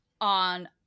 on